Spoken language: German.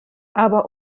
aber